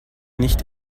nicht